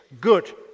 good